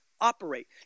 operate